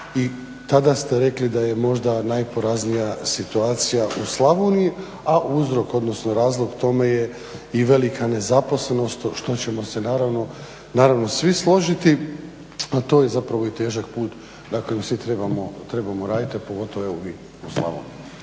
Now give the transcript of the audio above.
i tada ste rekli da je možda najporaznija situacija u Slavoniji, a uzrok odnosno razlog tome je i velika nezaposlenost što ćemo se naravno svi složiti, a to je zapravo i težak put, dakle tu svi trebamo raditi, a pogotovo, evo vi u Saboru.